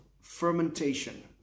fermentation